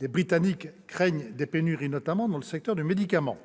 les Britanniques craignent des pénuries, notamment dans le secteur du médicament.